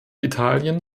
italien